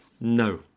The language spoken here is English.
no